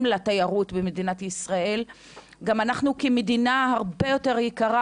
לתיירות במדינת ישראל וגם אנחנו כמדינה הרבה יותר יקרה